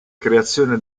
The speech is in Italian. creazione